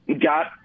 got